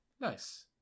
Nice